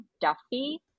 Duffy